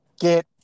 get